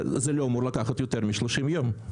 זה לא אמור לקחת יותר מ-30 ימים.